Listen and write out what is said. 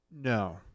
No